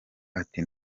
ati